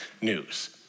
news